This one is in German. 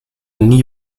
nie